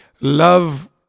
love